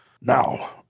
Now